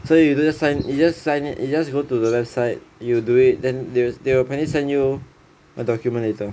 so you sign you just sign it you just go the webisite then you sign it then they will probably send you a document later